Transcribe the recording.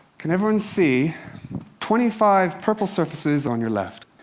can everyone see twenty five purple surfaces on your left,